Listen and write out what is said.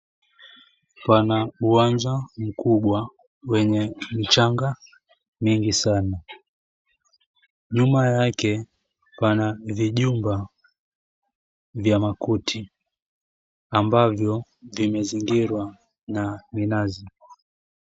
Pana uwanja mkubwa wenye mchanga mingi sana. Nyuma yake pana vijumba vya makuti ambavyo vimezingirwa na minazi.